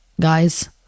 guys